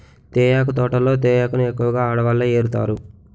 తేయాకు తోటల్లో తేయాకును ఎక్కువగా ఆడవాళ్ళే ఏరుతారు